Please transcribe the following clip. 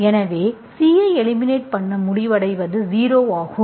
எனவே C ஐ eliminate பண்ண முடிவடைவது 0 ஆகும்